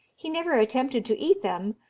he never attempted to eat them,